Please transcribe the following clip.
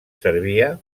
servia